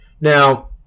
Now